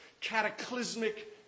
cataclysmic